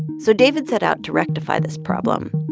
so david set out to rectify this problem.